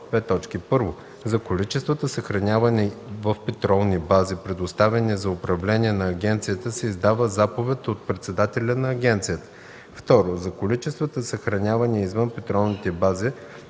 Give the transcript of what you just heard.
1. за количествата, съхранявани в петролни бази, предоставени за управление на агенцията, се издава заповед от председателя на агенцията; 2. за количествата, съхранявани извън петролните бази,